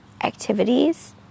activities